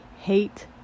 hate